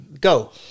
Go